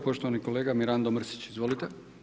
Poštovani kolega Mirando Mrsić, izvolite.